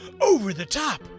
over-the-top